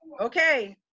okay